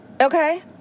Okay